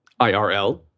IRL